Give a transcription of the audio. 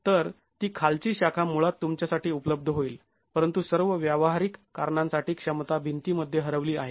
तर ती खालची शाखा मुळात तुमच्यासाठी उपलब्ध होईल परंतु सर्व व्यावहारीक कारणांसाठी क्षमता भिंतीमध्ये हरवली आहे